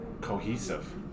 cohesive